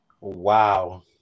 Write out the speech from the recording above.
Wow